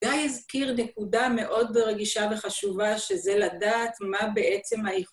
די הזכיר נקודה מאוד רגישה וחשובה, שזה לדעת מה בעצם היכולת.